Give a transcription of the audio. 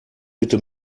bitte